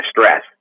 stress